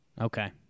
Okay